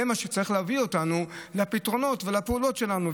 זה מה שצריך להביא אותנו לפתרונות ולפעולות שלנו.